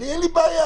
אין לי בעיה.